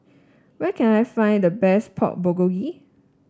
where can I find the best Pork Bulgogi